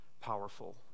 powerful